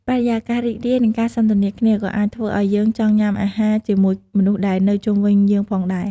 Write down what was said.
បរិយាកាសរីករាយ និងការសន្ទនាគ្នាក៏អាចធ្វើឱ្យយើងចង់ញ៊ាំអាហារជាមួយមនុស្សដែលនៅជុំវិញយើងផងដែរ។